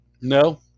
No